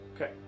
Okay